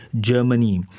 Germany